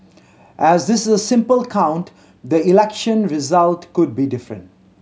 as this is a sample count the election result could be different